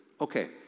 Okay